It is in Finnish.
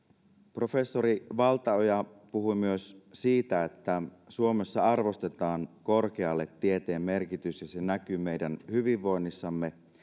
professori valtaoja puhui myös siitä että suomessa arvostetaan korkealle tieteen merkitys ja se näkyy meidän hyvinvoinnissamme